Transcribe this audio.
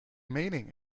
meaning